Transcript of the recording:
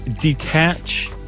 detach